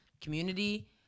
community